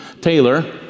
Taylor